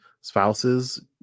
spouses